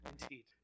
Indeed